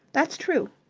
that's true.